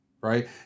right